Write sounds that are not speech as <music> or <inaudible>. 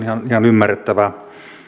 <unintelligible> ihan ymmärrettävää